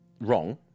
wrong